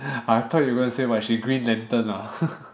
I thought you were gonna say what she green lantern ah